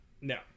No